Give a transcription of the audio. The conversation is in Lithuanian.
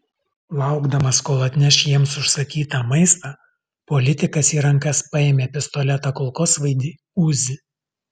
laukdamas kol atneš jiems užsakytą maistą politikas į rankas paėmė pistoletą kulkosvaidį uzi